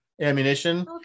ammunition